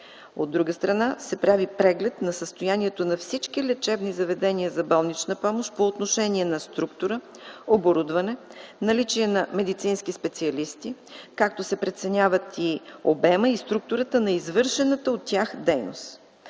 От друга страна, се прави преглед на състоянието на всички лечебни заведения за болнична помощ по отношение на структура, оборудване, наличие на медицински специалисти, като се преценяват обемът и структурата на извършената от тях дейност.